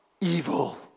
Evil